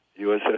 USS